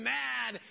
mad